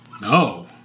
No